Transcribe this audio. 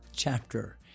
Chapter